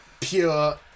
pure